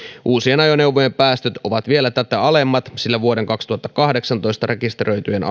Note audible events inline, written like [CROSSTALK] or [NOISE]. uusien ajoneuvojen päästöt ovat vielä tätä alemmat sillä vuonna kaksituhattakahdeksantoista rekisteröityjen [UNINTELLIGIBLE]